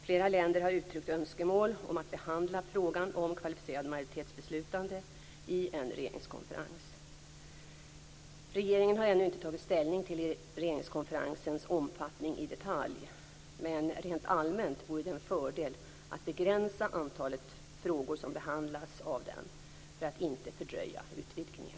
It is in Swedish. Flera länder har uttryckt önskemål om att behandla frågan om kvalificerat majoritetsbeslutande i en regeringskonferens. Regeringen har ännu inte tagit ställning till regeringskonferensens omfattning i detalj, men rent allmänt vore det en fördel att begränsa antalet frågor som behandlas av den för att inte fördröja utvidgningen.